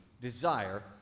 desire